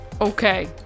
Okay